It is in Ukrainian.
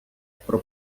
про